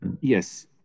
yes